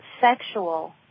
sexual